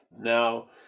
Now